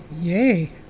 Yay